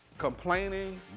complaining